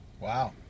Wow